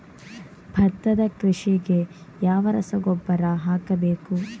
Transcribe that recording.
ಭತ್ತದ ಕೃಷಿಗೆ ಯಾವ ರಸಗೊಬ್ಬರ ಹಾಕಬೇಕು?